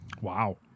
Wow